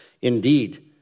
Indeed